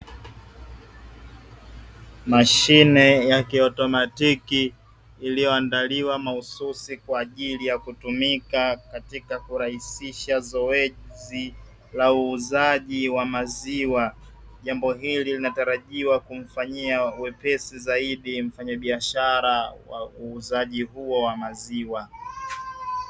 Mashine ya kiautomatiki iliyoandaliwa mahususi kwa ajili ya kutumika katika kurahisisha zoezi la uuzaji wa maziwa, jambo hili linatarajiwa kumfanyia wepesi zaidi mfanyabiashara wa uuzaji huo wa maziwa.